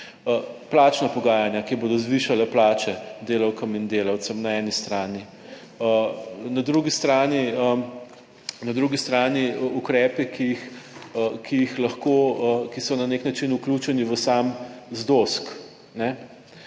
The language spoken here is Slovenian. Plačna pogajanja, ki bodo zvišale plače delavkam in delavcem na eni strani. Na drugi strani ukrepi, ki jih lahko, ki so na nek način vključeni v sam ZDOSK,